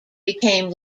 became